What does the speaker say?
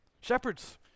Shepherds